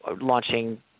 launching